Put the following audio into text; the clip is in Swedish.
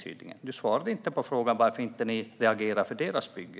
Sofia Fölster svarade inte på frågan om varför ni inte reagerar på deras bygge.